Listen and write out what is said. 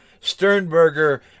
Sternberger